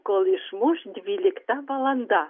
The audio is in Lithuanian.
kol išmuš dvylikta valanda